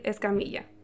Escamilla